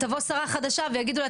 תבוא שרה חדשה ויגידו לה,